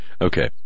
Okay